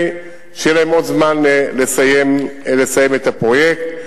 שיהיה להם עוד זמן לסיים את הפרויקט.